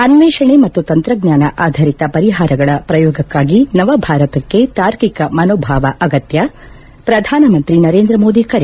ಅನ್ನೇಷಣೆ ಮತ್ತು ತಂತ್ರಜ್ಞಾನ ಆಧರಿತ ಪರಿಹಾರಗಳ ಪ್ರಯೋಗಕ್ಕೆ ನವಭಾರತಕ್ಕೆ ತಾರ್ಕಿಕ ಮನೋಭಾವ ಅಗತ್ಯ ಪ್ರಧಾನಮಂತ್ರಿ ನರೇಂದ್ರಮೋದಿ ಕರೆ